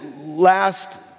last